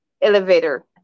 elevator